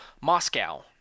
Moscow